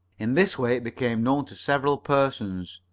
in this way it became known to several persons,